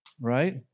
Right